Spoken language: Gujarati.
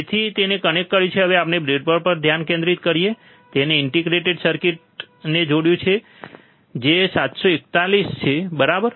તેથી તેણે કનેક્ટ કર્યું છે હવે આપણે બ્રેડબોર્ડ પર ધ્યાન કેન્દ્રિત કરીએ તેણે ઈન્ટિગ્રેટેડ સર્કિટને જોડ્યું છે જે 741 છે બરાબર